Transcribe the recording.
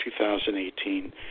2018